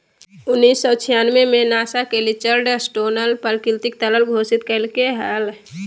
उन्नीस सौ छियानबे में नासा के रिचर्ड स्टोनर प्राकृतिक तरल घोषित कइलके हल